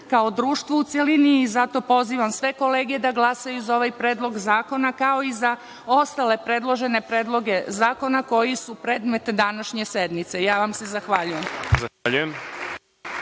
kao društva u celini i zato pozivam sve kolege da glasaju za ovaj predlog zakona, kao i za ostale predložene predloge zakona koji su predmet današnje sednice. Ja vam se zahvaljujem.